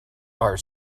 are